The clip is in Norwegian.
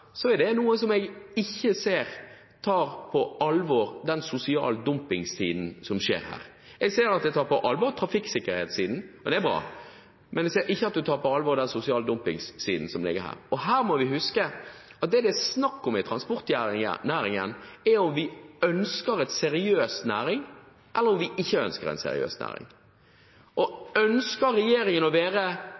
jeg ikke se at man tar den sosiale dumpingen som skjer her, på alvor. Jeg ser at trafikksikkerheten tas på alvor, og det er bra. Men jeg ser ikke at den sosiale dumpingen tas på alvor. Vi må huske på at det det er snakk om i transportnæringen, er om vi ønsker en seriøs næring, eller om vi ikke ønsker en seriøs næring. Ønsker regjeringen å være